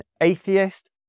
atheist